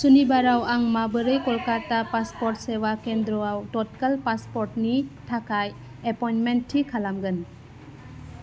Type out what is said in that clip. सुनिबाराव आं माबोरै कलकाता पासपर्ट सेवा केन्द्रआव तत्काल पासपर्टनि थाखाय एपइन्टमेन्ट थि खालामगोन